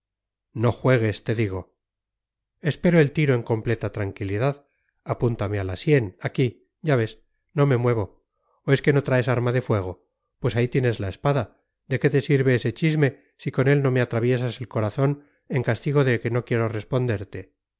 no juegues te digo espero el tiro en completa tranquilidad apúntame a la sien aquí ya ves no me muevo o es que no traes arma de fuego pues ahí tienes la espada de qué te sirve ese chisme si con él no me atraviesas el corazón en castigo de que no quiero responderte